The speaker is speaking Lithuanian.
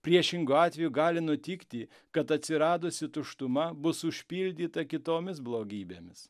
priešingu atveju gali nutikti kad atsiradusi tuštuma bus užpildyta kitomis blogybėmis